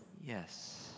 Yes